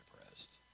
depressed